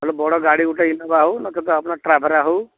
ନହେଲେ ବଡ଼ ଗାଡ଼ି ଗୋଟେ ଇନୋଭା ହଉ ନଚେତ୍ ଆପଣ ଟ୍ରାଭେରା ହଉ